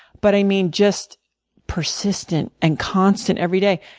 but, i mean, just persistent and constant, every day.